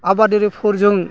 आबादारिफोरजों